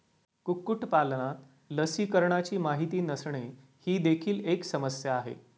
कुक्कुटपालनात लसीकरणाची माहिती नसणे ही देखील एक समस्या आहे